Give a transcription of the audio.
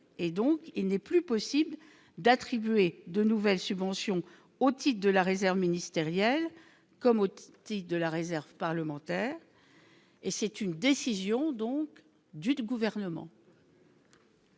et donc il n'est plus possible d'attribuer de nouvelles subventions au titre de la réserve ministérielle comme autre petit de la réserve parlementaire et c'est une décision donc du du gouvernement.